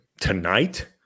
tonight